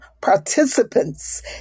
participants